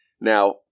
Now